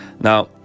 Now